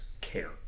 care